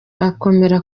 akomera